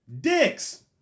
Dicks